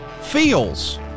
feels